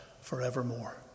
forevermore